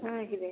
ಹಾಂ ಇದೆ